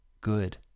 good